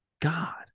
god